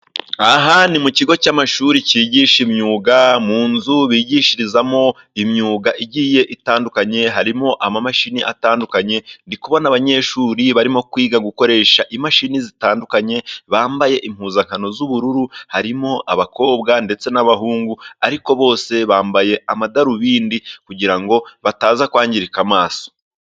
Aha ni mu kigo cy'amashuri cyigisha imyuga, mu nzu bigishirizamo imyuga igiye itandukanye, harimo imashini zitandukanye. Ndi kubona abanyeshuri barimo kwiga gukoresha imashini zitandukanye, bambaye impuzankano z'ubururu, harimo abakobwa ndetse n'abahungu, ariko bose bambaye amadarubindi kugira ngo bataza kwangirika amaso.